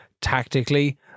Tactically